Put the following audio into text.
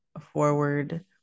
forward